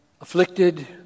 afflicted